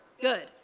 good